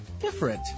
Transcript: different